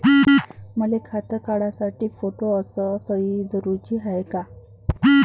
मले खातं काढासाठी फोटो अस सयी जरुरीची हाय का?